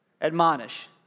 Admonish